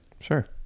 Sure